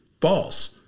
false